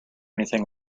anything